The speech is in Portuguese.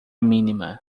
mínima